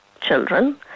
children